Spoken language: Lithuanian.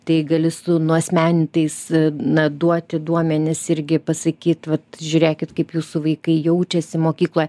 tai gali su nuasmenintais na duoti duomenis irgi pasakyt vat žiūrėkit kaip jūsų vaikai jaučiasi mokykloje